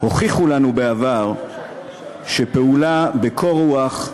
הוכיחו לנו בעבר שפעולה בקור רוח,